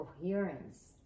coherence